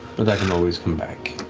but i can always come back.